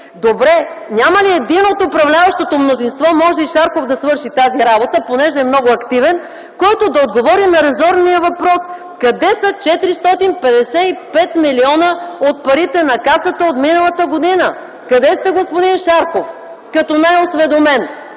Добре, няма ли един от управляващото мнозинство, може и Шарков да свърши тази работа, понеже е много активен, който да отговори на резонния въпрос къде са 455 милиона от парите на Касата от миналата година? Къде са, господин Шарков, като не е осведомен?